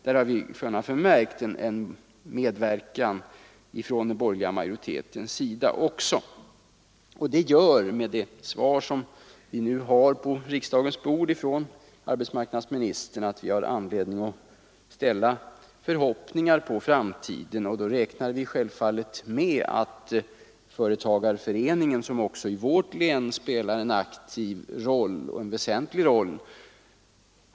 Det gör, med det svar från arbetsmarknadsministern som i dag ligger på riksdagens bord, att vi har anledning att ställa förhoppningar på framtiden. Vi räknar självfallet med att företagarföreningen skall spela en aktiv roll och medverka till en förbättring av situationen.